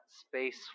space